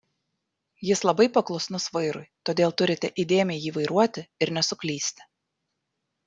jis labai paklusnus vairui todėl turite įdėmiai jį vairuoti ir nesuklysti